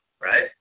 right